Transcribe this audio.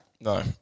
No